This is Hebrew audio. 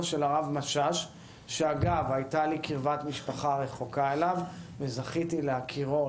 של הרב משאש - שאגב הייתה לי קרבת משפחה רחוקה אליו וזכיתי להכירו,